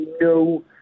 no